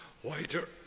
whiter